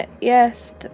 Yes